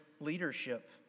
leadership